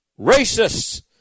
racists